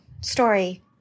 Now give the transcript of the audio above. story